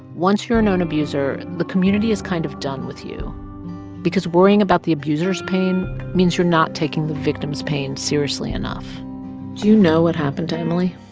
once you're a known abuser, the community is kind of done with you because worrying about the abuser's pain means you're not taking the victim's pain seriously enough do you know what happened to emily?